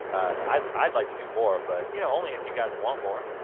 i'd i'd like to do more but you know only if you guys want more.